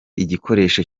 igikoresho